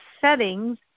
settings